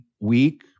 week